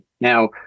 Now